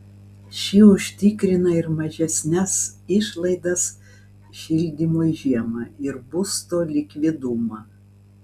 ši užtikrina ir mažesnes išlaidas šildymui žiemą ir būsto likvidumą